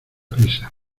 prisa